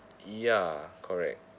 ya correct